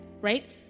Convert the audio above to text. Right